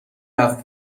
رفت